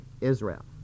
Israel